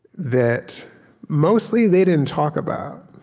that mostly, they didn't talk about.